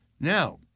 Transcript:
Now